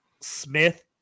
Smith